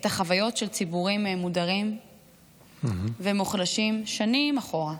את החוויות של ציבורים מודרים ומוחלשים שנים אחורה.